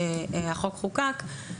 אני לא רוצה להתייחס לסמכות שהזכרת